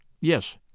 Yes